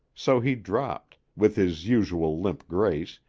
so he dropped, with his usual limp grace,